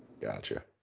Gotcha